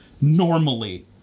Normally